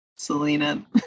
selena